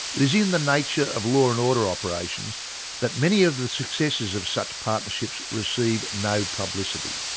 is in the nature of law and order operations that many of the successes of such partnerships receive no publicity.